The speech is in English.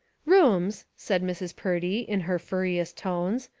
rooms, said mrs. purdy, in her furriest tones,